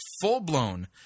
full-blown